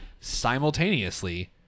simultaneously